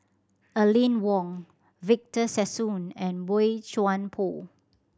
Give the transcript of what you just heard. Aline Wong Victor Sassoon and Boey Chuan Poh